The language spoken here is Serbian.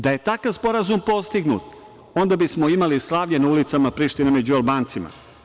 Da je takav sporazum postignut, onda bismo imali slavlje na ulicama Prištine, među Albancima.